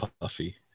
Puffy